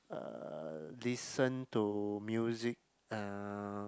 uh listen to music uh